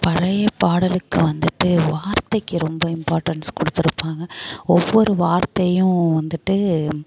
பழைய பாடலுக்கு வந்துட்டு வார்த்தைக்கு ரொம்ப இம்பார்ட்டன்ஸ் கொடுத்துருப்பாங்க ஒவ்வொரு வார்த்தையும் வந்துட்டு